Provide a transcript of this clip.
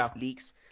leaks